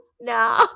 No